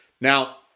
Now